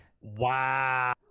Wow